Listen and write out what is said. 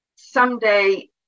someday